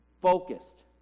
focused